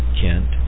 Kent